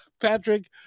Patrick